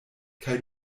kaj